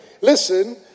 listen